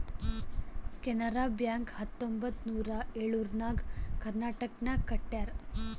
Canara Bank ಹತ್ತೊಂಬತ್ತ್ ನೂರಾ ಎಳುರ್ನಾಗ್ ಕರ್ನಾಟಕನಾಗ್ ಕಟ್ಯಾರ್